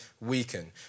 weaken